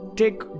take